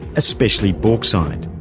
especially bauxite,